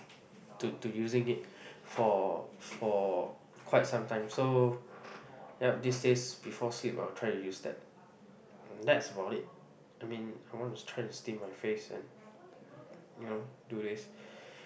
to to using it for for quite some time so yup these day before sleep I will try to use them